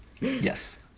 Yes